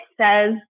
says